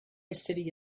city